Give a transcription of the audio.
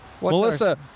Melissa